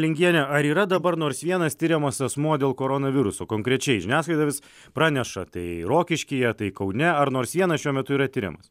lingiene ar yra dabar nors vienas tiriamas asmuo dėl koronaviruso konkrečiai žiniasklaida vis praneša tai rokiškyje tai kaune ar nors vienas šiuo metu yra tiriamas